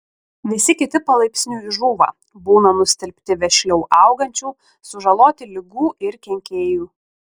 visi kiti palaipsniui žūva būna nustelbti vešliau augančių sužaloti ligų ir kenkėjų